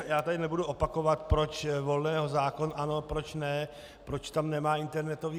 Já tady nebudu opakovat, proč Volného zákon ano, proč ne, proč tam nemá internetový hazard.